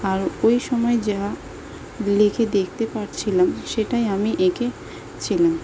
আর ওই সময় যা লেকে দেখতে পাচ্ছিলাম সেটাই আমি এঁকে ছিলাম